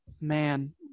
man